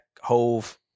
Hove